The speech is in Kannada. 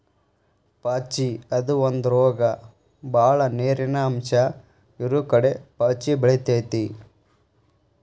ಪಾಚಿ ಅದು ಒಂದ ರೋಗ ಬಾಳ ನೇರಿನ ಅಂಶ ಇರುಕಡೆ ಪಾಚಿ ಬೆಳಿತೆತಿ